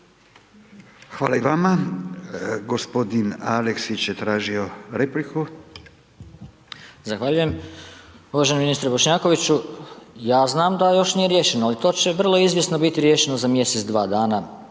Hvala i vama. Gospodin Aleksić je tražio repliku. **Aleksić, Goran (SNAGA)** Zahvaljujem. Poštovani ministre Bošnjakoviću, ja znam da još nije riješeno, ali to će vrlo izvjesno biti riješeno za mjesec-dva dana,